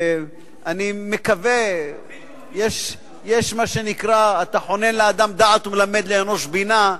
יש מה שנקרא: "אתה חונן לאדם דעת ומלמד לאנוש בינה".